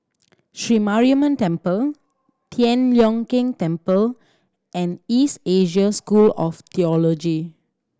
Sri Mariamman Temple Tian Leong Keng Temple and East Asia School of Theology